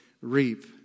reap